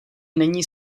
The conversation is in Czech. není